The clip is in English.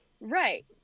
Right